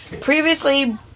Previously